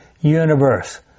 universe